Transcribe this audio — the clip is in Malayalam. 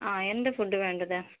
ആ എന്ത് ഫുഡ് വേണ്ടത്